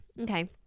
okay